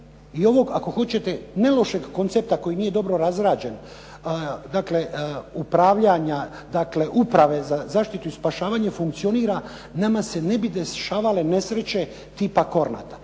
i ovog ako hoćete ne lošeg koncepta koji nije dobro razrađen, dakle upravljanja, uprave za zaštitu i spašavanje funkcionira nama se ne bi dešavale nesreće tipa Kornata.